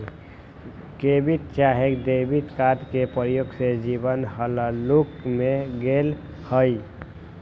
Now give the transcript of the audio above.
debit चाहे credit card के प्रयोग से जीवन हल्लुक भें गेल हइ